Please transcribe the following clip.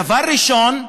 דבר ראשון,